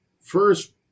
First